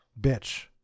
bitch